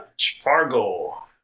Fargo